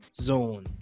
zone